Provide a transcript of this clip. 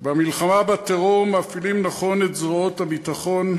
במלחמה בטרור מפעילים נכון את זרועות הביטחון,